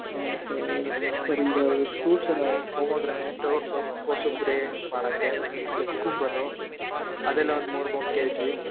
ಹಾಂ ಮತ್ತೇ ಸರ್ ಈಗ ಫ್ರೂಟ್ಸ್ ಎಲ್ಲ ಪ್ರೊಮೋಗ್ರೆನೇಟ್ ಕೋಸಂಬ್ರಿ ಮಾಡೋಕೆ ಆಮೇಲೆ ಕುಕ್ಕುಂಬರು ಅದೆಲ್ಲ ಒಂದು ಮೂರು ಮೂರು ಕೆ ಜಿ